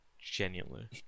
genuinely